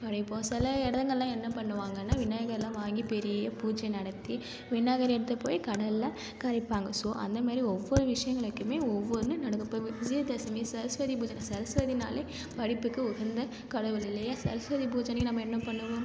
படைப்போம் சில இடங்கள்லாம் என்ன பண்ணுவாங்கன்னா விநாயகர்லாம் வாங்கி பெரிய பூஜை நடத்தி விநாயகரை எடுத்துகிட்டு போய் கடலில் கரைப்பாங்க ஸோ அந்தமாரி ஒவ்வொரு விஷயங்களுக்குமே ஒவ்வொன்னு நடக்கும் இப்போ விஜயதசமி சரஸ்வதி பூஜை சரஸ்வதினாலே படிப்புக்கு உகந்த கடவுள் இல்லையா சரஸ்வதி பூஜை அன்றைக்கி நம்ம என்ன பண்ணுவோம்